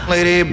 Lady